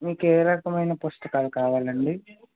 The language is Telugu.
మీకు ఏ రకమైన పుస్తకాలు కావాలండి